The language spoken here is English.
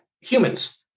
humans